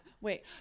Wait